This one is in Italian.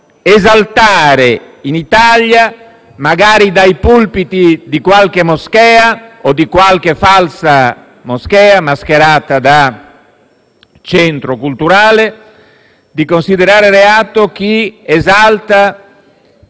esaltare in Italia, magari dai pulpiti di qualche moschea o di qualche falsa moschea mascherata da centro culturale, le legislazioni di altri